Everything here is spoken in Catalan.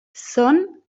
són